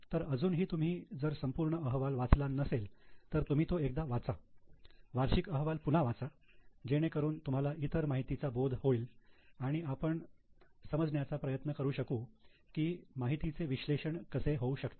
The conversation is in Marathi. तर अजूनही तुम्ही जर संपूर्ण अहवाल वाचला नसेल तर तुम्ही तो एकदा वाचा वार्षिक अहवाल पुन्हा वाचा जेणेकरून तुम्हाला इतर माहितीचा बोध होईल आणि आपण समजण्याचा प्रयत्न करू शकू की या माहितीचे विश्लेषण कसे होऊ शकते